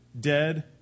dead